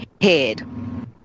head